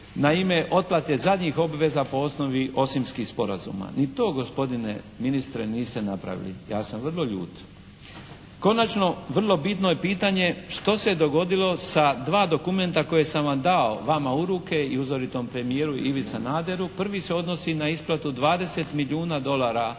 na ime otplate zadnjih obveza po osnovi Osimskih sporazuma. Ni to gospodine ministre napravili. Ja sam vrlo ljut. Konačno, vrlo bitno je pitanje što se dogodilo sa dva dokumenta koje sam vam dao vama u ruke i uzoritom premijeru Ivi Sanaderu. Prvi se odnosi na isplatu 20 milijuna dolara